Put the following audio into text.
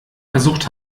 versucht